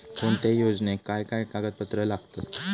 कोणत्याही योजनेक काय काय कागदपत्र लागतत?